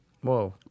Whoa